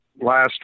last